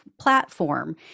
platform